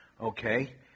Okay